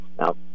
Now